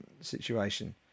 situation